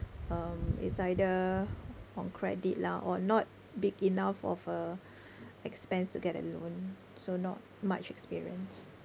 um it's either on credit lah or not big enough of a expense to get a loan so not much experience